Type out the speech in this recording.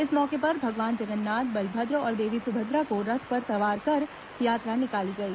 इस मौके पर भगवान जगन्नाथ बलभद्र और देवी सुभद्रा को रथ पर सवार कर यात्रा निकाली गई